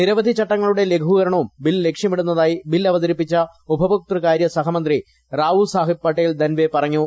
നിരവധി ചട്ടങ്ങളുടെ ലഘൂകരണവും ബിൽ ലക്ഷ്യമിടുന്നതായി ബിൽ അവതരിപ്പിച്ച ഉപഭോക്തൃകാരൃ സഹമന്ത്രി റാവു സാഹേബ് പാട്ടിൽ ദൻവെ പറഞ്ഞു